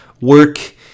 work